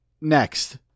Next